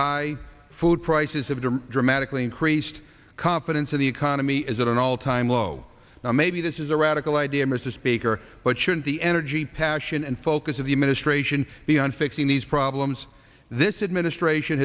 high food prices have dramatically increased confidence in the economy is at an all time low now maybe this is a radical idea mr speaker but shouldn't the energy passion and focus of the administration be on fixing these problems this is ministration